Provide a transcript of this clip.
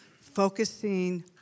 focusing